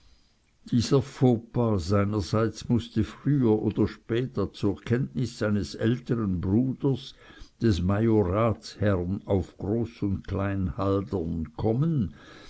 dieser faux pas seinerseits mußte früher oder später zur kenntnis seines älteren bruders des majoratsherrn auf groß und klein haldern kommen